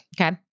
Okay